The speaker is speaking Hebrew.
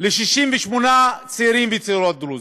ל-68 צעירים וצעירות דרוזים,